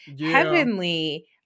Heavenly